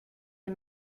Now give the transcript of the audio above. les